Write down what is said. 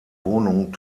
wohnung